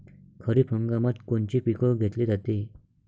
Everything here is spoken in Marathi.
खरिप हंगामात कोनचे पिकं घेतले जाते?